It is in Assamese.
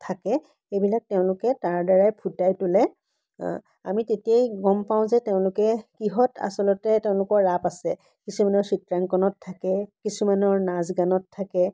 থাকে সেইবিলাক তেওঁলোকে তাৰ দ্বাৰাই ফুটাই তোলে আমি তেতিয়াই গম পাওঁ যে তেওঁলোকে কিহত আচলতে তেওঁলোকৰ ৰাপ আছে কিছুমানৰ চিত্ৰাংকণত থাকে কিছুমানৰ নাচ গানত থাকে